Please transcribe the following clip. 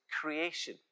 creation